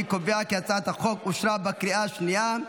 אני קובע כי הצעת החוק אושרה בקריאה השנייה.